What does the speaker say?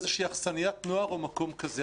איזה שהיא אכסניית נוער או מקום כזה,